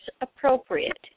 appropriate